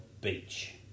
beach